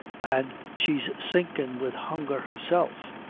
and she's sinkin' wid hunger herself.